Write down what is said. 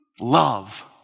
love